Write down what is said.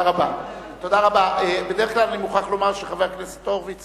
בדרך כלל, אני מוכרח לומר שחבר הכנסת הורוביץ